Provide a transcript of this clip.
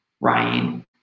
Ryan